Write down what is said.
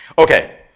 ok,